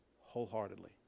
wholeheartedly